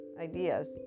ideas